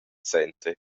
center